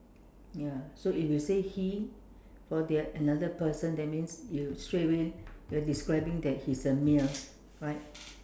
ya so if you say he for the another person that means you straight away you are describing that he's a male right